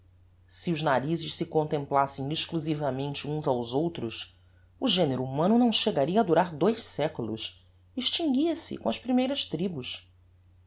se os narizes se contemplassem exclusivamente uns aos outros o genero humano não chegaria a durar dois séculos extinguia se com as primeiras tribos